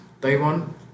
Taiwan